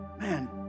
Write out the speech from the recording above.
Man